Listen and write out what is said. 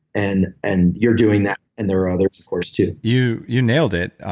and and you're doing that, and there are others of course too you you nailed it.